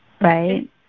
Right